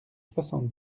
soixante